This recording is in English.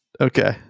okay